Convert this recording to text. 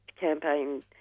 Campaign